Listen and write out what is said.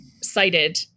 cited